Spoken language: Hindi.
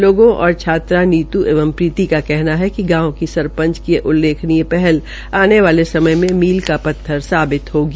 लोगों और छात्रा नीत् एंव प्रीती का कहना है कि गांव की संरपच की यह उल्लेखनीय पहल आने वाले समय में मील का पत्थर साबित होगा